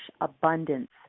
abundance